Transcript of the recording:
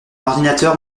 ordinateur